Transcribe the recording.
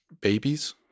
babies